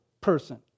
person